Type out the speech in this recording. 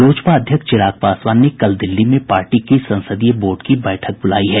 लोजपा अध्यक्ष चिराग पासवान ने कल दिल्ली में पार्टी की संसदीय बोर्ड की बैठक बुलायी है